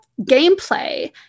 gameplay